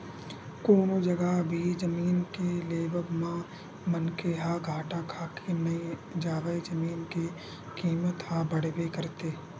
कोनो जघा भी जमीन के लेवब म मनखे ह घाटा खाके नइ जावय जमीन के कीमत ह बड़बे करथे